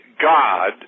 God